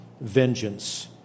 vengeance